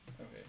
okay